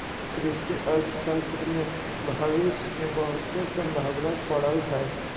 कृषि अर्थशास्त्र में भविश के बहुते संभावना पड़ल हइ